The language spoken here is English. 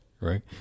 right